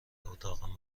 اتاقم